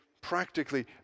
practically